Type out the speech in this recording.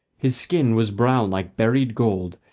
his skin was brown like buried gold,